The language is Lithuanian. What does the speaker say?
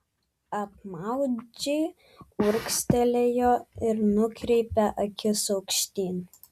apmaudžiai urgztelėjo ir nukreipė akis aukštyn